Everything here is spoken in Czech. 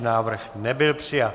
Návrh nebyl přijat.